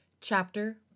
Chapter